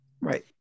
right